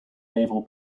naval